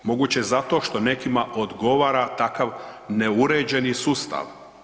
Moguće je zato što nekima odgovara takav neuređeni sustav.